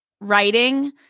writing